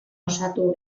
osatu